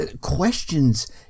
questions